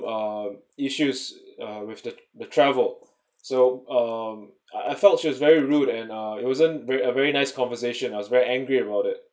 um issues uh with the the travel so um I I felt she was very rude and uh it wasn't very a very nice conversation I was very angry about it